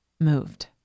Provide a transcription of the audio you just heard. moved